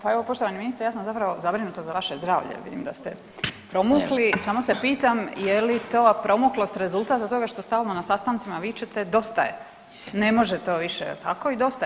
Pa evo poštovani ministre ja sam zapravo zabrinuta za vaše zdravlje, vidim da ste promukli, samo se pitam je li to promuklost rezultat toga što stalno na sastancima vičete dosta je, ne može to jel tako i dosta je?